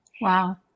Wow